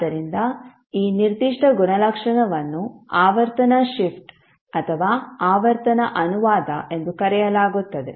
ಆದ್ದರಿಂದ ಈ ನಿರ್ದಿಷ್ಟ ಗುಣಲಕ್ಷಣವನ್ನು ಆವರ್ತನ ಶಿಫ್ಟ್ ಅಥವಾ ಆವರ್ತನ ಅನುವಾದ ಎಂದು ಕರೆಯಲಾಗುತ್ತದೆ